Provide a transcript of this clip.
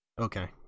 Okay